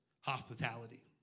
hospitality